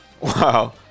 Wow